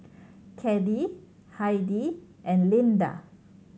Caddie Heidi and Lynda